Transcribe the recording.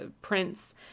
prints